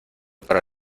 para